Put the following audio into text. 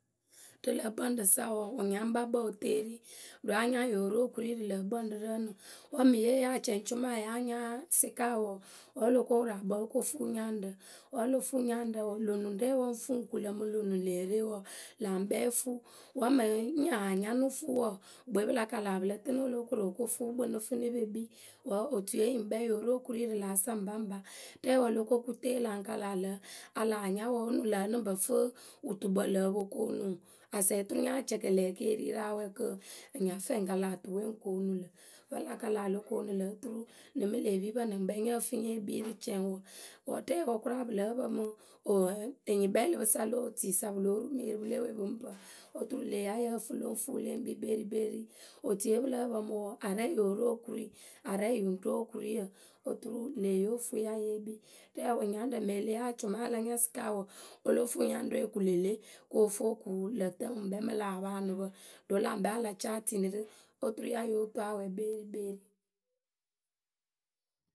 Rǝ lǝ̌ kpǝŋ rǝ sa wǝǝ, wǝnyaŋkpakpǝ wǝ teeri ɖo anyaŋ yóo ru okurui rǝ lǝ̌ kpǝŋ rǝ rǝǝnɨ; Wǝ́ mǝŋ ye yee acɛŋcʊma wǝ́ ya nya sɩka wɔ, wǝ́ o lo ko wǝraakpǝ o ko fuu nyaŋrǝ wǝ́ lo fuu yaŋrǝ lö nuŋ rɛɛwǝ ŋ fuu ɓ ku lǝ̈. Mǝŋ lö nuŋ lee re wɔ lä ŋkpɛ o fuu. Wǝ́ mǝŋ nyaa nya nɨ fuu wɔɔ, gbɨwe pǝ la kala pǝ lǝ tɨnɨ o lóo koru o ko fuu kpǝ nɨ fɨ nɨ pe kpii wǝ́ otuiye yǝ ŋkpɛ yóo ru okurui rǝ lǎ sa ŋpaŋpa rɛɛwǝ o lo ko kuŋ teela ŋ kala lǝ̈ a laa nya wǝǝ onuŋ ŋlǝ̈ ǝ ŋ pǝ fǝ wutukpǝ lǝ o po koonu. Asɛ oturu nya cɛkɛlɛ ekeeri rǝ awɛ kɨ ŋ nya fɛɛ ŋ kala tuwe ŋ koonu lǝ̈. Vǝ́ la kala lo koonulǝ̈ oturu nɨ mɨ lë pipǝ nɨ ŋkpɛ nyǝ fɨ nye kpii rǝ cɛŋwǝ. Wǝ́ ɖɛɛwǝ kʊraa pǝ lǝ́ǝ pǝ mɨ. o ɛ enyikpɛɛlɩpǝ sa lo otui sa pǝ lóo ru mǝ yǝ rǝ pǝlewe pǝ ŋ pǝ oturu le yǝ fɨ yo yóo fuu le ŋ kpii kperikperi. Otuiye pǝ lǝ́ǝ pǝmǝ wǝǝ, arɛɛ yóo ru okurui, arɛɛ yǝ ŋ ru okuruyǝ oturu lŋle yo fuu ya ye kpii rɛɛwǝ nyaŋrǝ mǝŋ e le yee acʊma wǝ́ a la nya sɩka wǝǝ, o lóo fuu nyaŋrǝwe o ku lë le, ko fuu o ku lǝ̈ tǝ ŋwǝ ŋkpɛ mǝ lä paanʊpǝ ɖo lä ŋkpɛ a la caa e tini rǝ oturu ya yóo toŋ awɛ kperikperi.